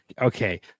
okay